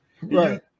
Right